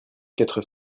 quatre